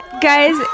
Guys